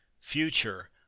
future